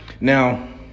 Now